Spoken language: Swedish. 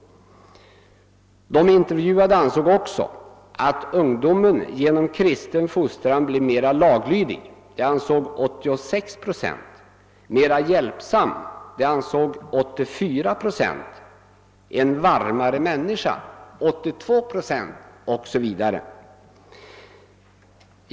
Av de intervjuade ansåg 86 procent också att ungdomen genom kristen fostran blir mera laglydig. Att de blir mera hjälpsamma ansåg 84 procent, att de blir varmare människor ansåg 82 procent osv.